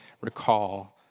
recall